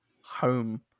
home